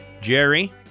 jerry